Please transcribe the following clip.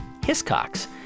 Hiscox